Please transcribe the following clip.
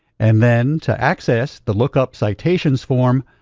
and then to access the look up citations form,